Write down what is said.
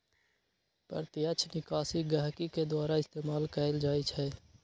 प्रत्यक्ष निकासी गहकी के द्वारा इस्तेमाल कएल जाई छई